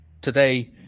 today